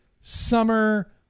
summer